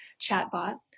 chatbot